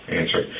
answer